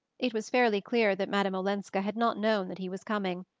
it was fairly clear that madame olenska had not known that he was coming,